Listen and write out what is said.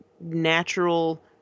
natural